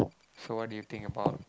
so what do you think about